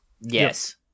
Yes